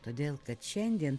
todėl kad šiandien